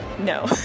No